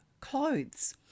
Clothes